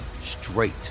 straight